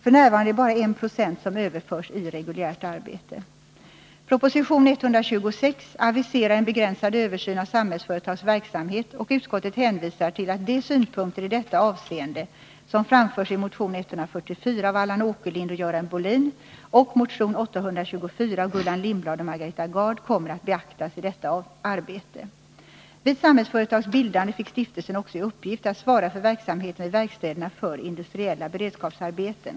F. n. är det bara 1 20 som Proposition 126 aviserar en begränsad översyn av Samhällsföretags verksamhet, och utskottet hänvisar till att de synpunkter i detta avseende som framförs i motion 144 av Allan Åkerlind och Görel Bohlin och i motion 824 av Gullan Lindblad och Margareta Gard kommer att beaktas i detta arbete. Vid Samhällsföretags bildande fick stiftelsen också i uppgift att svara för verksamheten vid verkstäderna för industriella beredskapsarbeten.